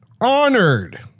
honored